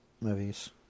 movies